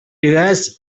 has